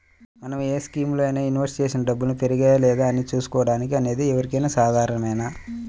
మనం ఏ స్కీములోనైనా ఇన్వెస్ట్ చేసిన డబ్బుల్ని పెరిగాయా లేదా అని చూసుకోవడం అనేది ఎవరికైనా సాధారణమే